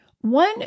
One